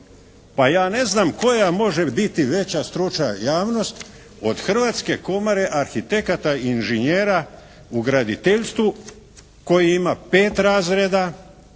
pa ja ne znam koja može biti veća stručna javnost od Hrvatske komore arhitekata i inžinjera u graditeljstvu koji ima pet razreda